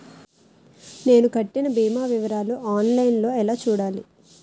నేను కట్టిన భీమా వివరాలు ఆన్ లైన్ లో ఎలా చూడాలి?